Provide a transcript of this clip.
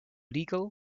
legal